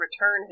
return